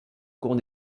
cours